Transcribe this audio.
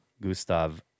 Gustav